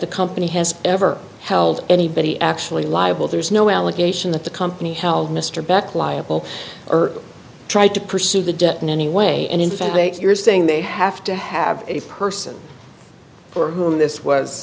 the company has ever held anybody actually liable there's no allegation that the company held mr beck liable or tried to pursue the debt in any way and in fact they you're saying they have to have a person for whom this was